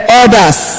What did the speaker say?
others